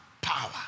power